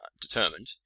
determined